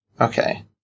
Okay